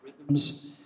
rhythms